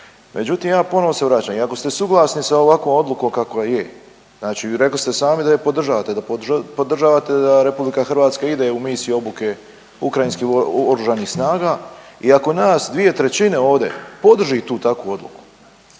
Međutim, ja ponovo se vraćam i ako ste suglasni sa ovakvom odlukom kakva je, znači rekli ste sami da je podržavate, da podržavate da RH ide u misije obuke ukrajinskih oružanih snaga i ako nas 2/3 ovdje podrži tu takvu odluku,